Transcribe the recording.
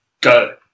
Go